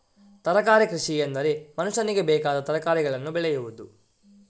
ತರಕಾರಿ ಕೃಷಿಎಂದರೆ ಮನುಷ್ಯನಿಗೆ ಬೇಕಾದ ತರಕಾರಿಗಳನ್ನು ಬೆಳೆಯುವುದು